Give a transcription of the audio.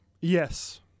yes